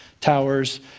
towers